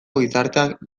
gizarteak